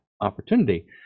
opportunity